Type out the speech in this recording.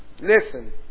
Listen